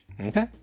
Okay